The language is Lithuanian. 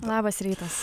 labas rytas